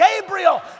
Gabriel